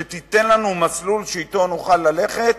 שתיתן לנו מסלול שנוכל ללכת